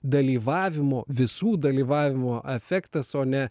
dalyvavimo visų dalyvavimo efektas o ne